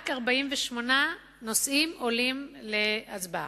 רק 48 נושאים עולים להצבעה.